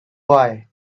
boy